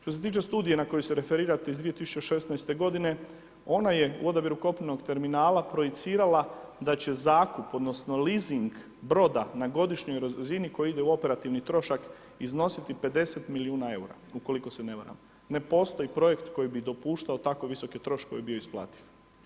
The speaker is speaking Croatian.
Što se tiče studije na koju se referirate iz 2016. godine, ona je u odabiru kopnenog terminala projicirala da će zakup, odnosno leasing broda na godišnjoj razini koja ide u operativni trošak iznositi 50 milijuna eura, ukoliko se ne varam, ne postoji projekt koji bi dopuštao tako visoke troškove bio isplativ.